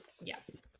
yes